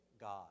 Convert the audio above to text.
God